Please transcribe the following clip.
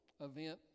event